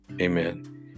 amen